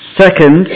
Second